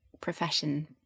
profession